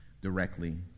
directly